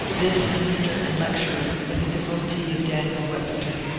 this minister and lecturer was a devotee of daniel webster.